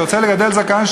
שרוצה לגדל זקן,